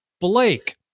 Blake